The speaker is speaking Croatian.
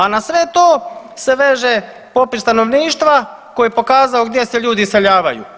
A na sve to se veže popis stanovništva koji je pokazao gdje se ljudi iseljavaju.